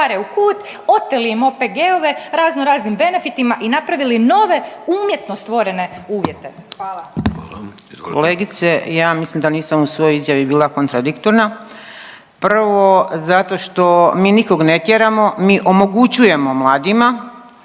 u kut, oteli im OPG-ove razno raznim benefitima i napravili nove umjetno stvorene uvjete, hvala. **Vidović, Davorko (Nezavisni)** Hvala. Izvolite. **Zmaić, Ankica (HDZ)** Kolegice, ja mislim da nisam u svojoj izjavi bila kontradiktorna, prvo zato što mi nikog ne tjeramo, mi omogućujemo mladima,